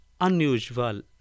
unusual